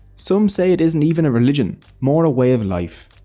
some say it isn't even a religion, more a way of life.